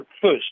first